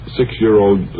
six-year-old